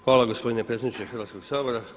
Hvala gospodine predsjedniče Hrvatskoga sabora.